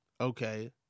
Okay